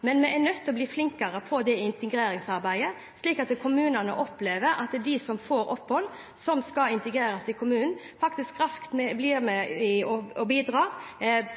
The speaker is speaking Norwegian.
men vi er nødt til å bli flinkere i integreringsarbeidet, slik at kommunene opplever at de som får opphold og som skal integreres i kommunen, raskt blir med og bidrar,